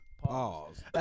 Pause